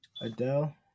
Adele